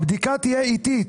הבדיקה תהיה איטית.